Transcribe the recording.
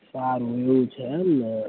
સારું એવું છે એમને